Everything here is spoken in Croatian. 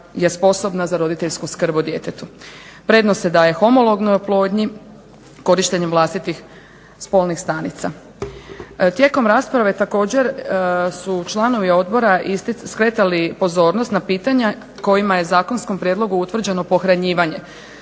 je sposobna za roditeljsku skrb o djetetu. Prednost se daje homolognoj oplodnji, korištenjem vlastitih spolnih stanica. Tijekom rasprave također su članovi odbora skretali pozornost na pitanja kojima je u zakonskom prijedlogu utvrđeno pohranjivanje